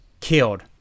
killed